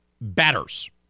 batters